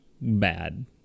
bad